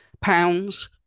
pounds